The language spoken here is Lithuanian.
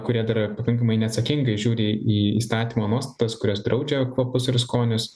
kurie dar pakankamai neatsakingai žiūri į įstatymo nuostatas kurios draudžia kvapus ir skonius